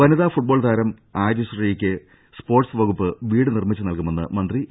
വനിതാ ഫുട്ബോൾ താരം ആര്യശ്രീയ്ക്ക് സ്പോർട്സ് വകുപ്പ് വീട് നിർമ്മിച്ച് നൽകുമെന്ന് മന്ത്രി ഇ